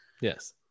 Yes